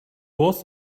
was